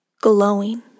glowing